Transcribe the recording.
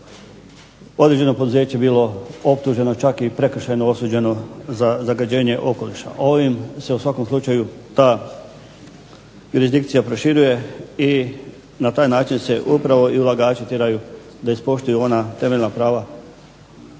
određeno poduzeće bilo optuženo, čak i prekršajno osuđeno za zagađenje okoliša. Ovim se u svakom slučaju ta jurisdikcija proširuje i na taj način se upravo i ulagači tjeraju da ispoštuju ona temeljna prava